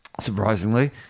surprisingly